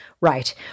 right